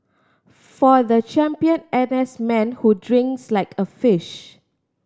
for the champion N S man who drinks like a fish